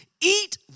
eat